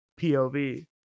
POV